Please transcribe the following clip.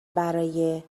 برای